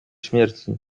śmierci